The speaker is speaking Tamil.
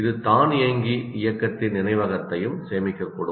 இது தானியங்கி இயக்கத்தின் நினைவகத்தையும் சேமிக்கக்கூடும்